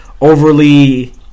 overly